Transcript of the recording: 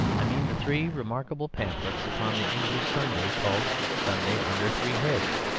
i mean the three remarkable pamphlets upon the english sunday, called sunday under three heads.